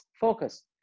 focus